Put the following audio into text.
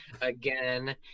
Again